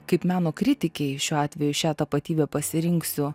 kaip meno kritikėi šiuo atveju šią tapatybę pasirinksiu